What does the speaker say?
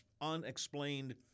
unexplained